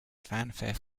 fanfare